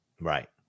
Right